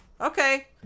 Okay